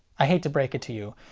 i hate to break it to you,